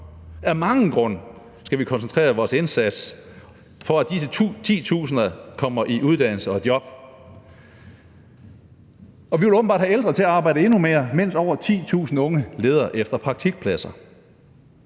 Af mange grunde skal vi koncentrere vores indsats på, at disse titusinder kommer i uddannelse og job. Og vi vil åbenbart have ældre til at arbejde endnu mere, mens over 10.000 unge leder efter praktikpladser.